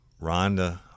Rhonda